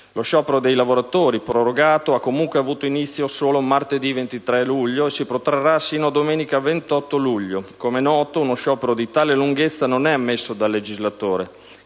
Lo sciopero dei lavoratori, prorogato, ha comunque avuto inizio solo martedì 23 luglio e si protrarrà sino a domenica 28 luglio. Come è noto, uno sciopero di tale lunghezza non è ammesso dal legislatore,